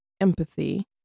empathy